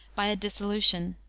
by a dissolution.